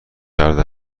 کرده